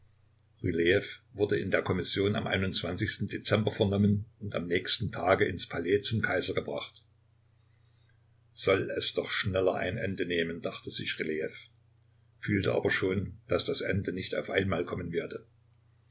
wurde in der kommission am dezember vernommen und am nächsten tage ins palais zum kaiser gebracht soll es doch schneller ein ende nehmen dachte sich rylejew fühlte aber schon daß das ende nicht auf einmal kommen werde